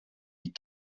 die